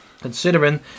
considering